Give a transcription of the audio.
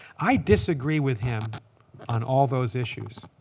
i disagree with him on all those issues.